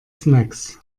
snacks